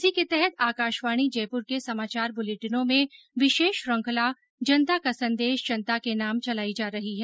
इसी के तहत आकाशवाणी जयपुर के समाचार बुलेटिनों में विशेष श्रृंखला जनता का संदेश जनता के नाम चलाई जा रही है